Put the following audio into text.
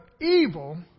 evil